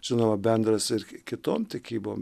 žinoma bendras ir kitom tikybom